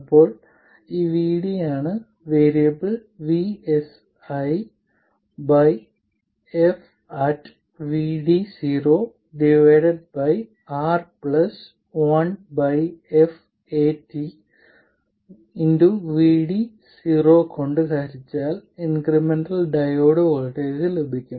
ഇപ്പോൾ ഈ VD ആണ് variable VS1 by f at VD0 divided by R plus 1 by f at VD0 കൊണ്ട് ഹരിച്ചാൽ ഇൻക്രിമെന്റൽ ഡയോഡ് വോൾട്ടേജ് ലഭിക്കും